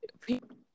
people